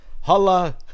holla